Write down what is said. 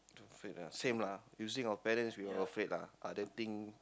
same lah using our parents we are afraid lah other thing